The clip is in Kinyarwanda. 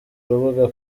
rubuga